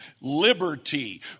liberty